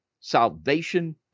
salvation